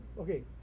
Okay